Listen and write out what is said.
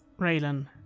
Raylan